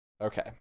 Okay